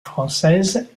française